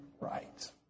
right